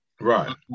right